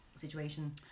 situation